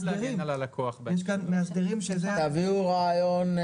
תביאו רעיון,